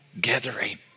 gathering